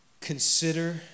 consider